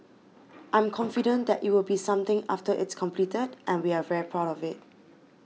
I'm confident that it will be something after it's completed and we are very proud of it